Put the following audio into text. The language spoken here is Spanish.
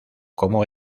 como